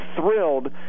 thrilled